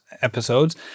episodes